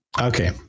okay